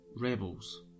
Rebels